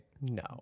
no